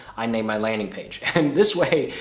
i name my landing page. and this way,